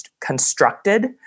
constructed